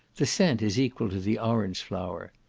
the scent is equal to the orange flower.